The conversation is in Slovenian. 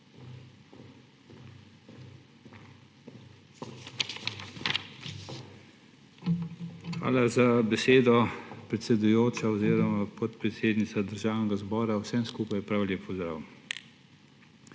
Hvala za besedo, predsedujoča oziroma podpredsednica Državnega zbora. Vsem skupaj prav lep pozdrav!